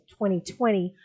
2020